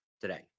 today